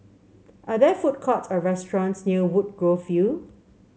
are there food courts or restaurants near Woodgrove View